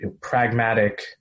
pragmatic